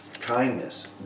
kindness